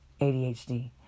ADHD